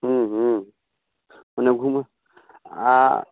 हूँ हूँ ओना घुमै आ